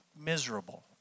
miserable